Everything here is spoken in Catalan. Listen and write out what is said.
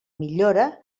millora